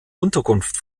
unterkunft